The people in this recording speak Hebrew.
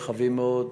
רחבים מאוד,